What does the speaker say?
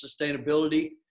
Sustainability